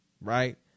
right